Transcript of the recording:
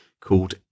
called